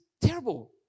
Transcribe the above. terrible